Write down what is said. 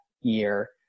year